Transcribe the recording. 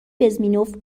بزمینوف